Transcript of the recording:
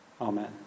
Amen